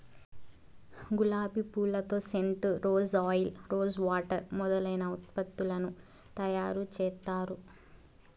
గులాబి పూలతో scent, rose oil, rose water మొదలైన ఉత్పత్తులను తయారు చేత్తారు